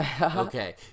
Okay